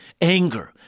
anger